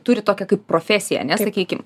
turi tokią kaip profesija ar ne sakykime